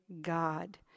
God